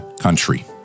country